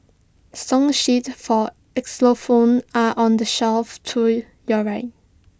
song sheets for are on the shelf to your right